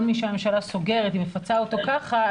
מי שהממשלה סוגרת היא מפצה אותו ככה,